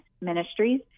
ministries